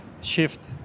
shift